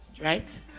right